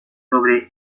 sobre